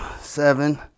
seven